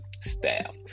staff